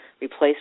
replace